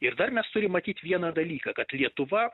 ir dar mes turim matyt vieną dalyką kad lietuva